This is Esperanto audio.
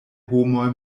homoj